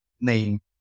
name